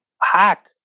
hack